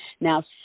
Now